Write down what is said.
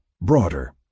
broader